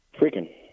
Freaking